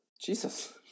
Jesus